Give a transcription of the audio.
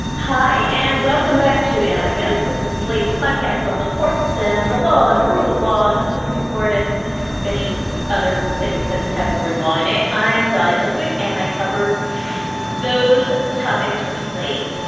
hi and welcome back to amicus. this is slate's podcast on the courts and the law and the rule of law and the supreme court and many other things that have the word law in it. i'm dial with wick and i cover those ah topics for slate.